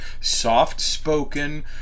soft-spoken